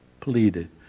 pleaded